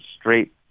straight